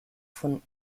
von